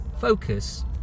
focus